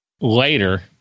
later